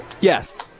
Yes